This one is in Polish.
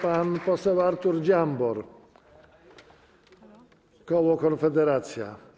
Pan poseł Artur Dziambor, koło Konfederacja.